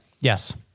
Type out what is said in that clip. Yes